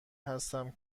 هستم